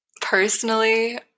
personally